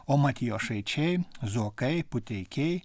o matijošaičiai zuokai puteikiai